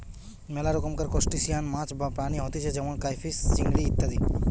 মেলা রকমকার ত্রুসটাসিয়ান মাছ বা প্রাণী হতিছে যেমন ক্রাইফিষ, চিংড়ি ইত্যাদি